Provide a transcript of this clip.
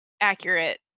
accurate